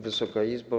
Wysoka Izbo!